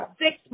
six